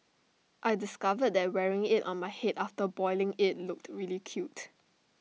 I discovered that wearing IT on my Head after boiling IT looked really cute